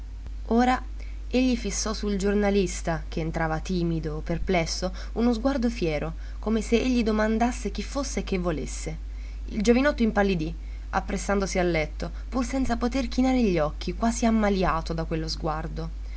ora egli fissò sul giornalista che entrava timido perplesso uno sguardo fiero come se gli domandasse chi fosse e che volesse il giovinotto impallidì appressandosi al letto pur senza poter chinare gli occhi quasi ammaliato da quello sguardo